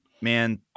Man